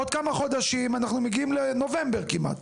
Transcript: עוד כמה חודשים אנחנו מגיעים לנובמבר כמעט.